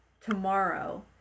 tomorrow